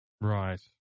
Right